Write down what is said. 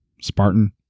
Spartan